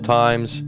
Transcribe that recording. times